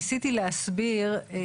אני רק אסביר את עצמי.